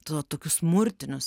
tuo tokius smurtinius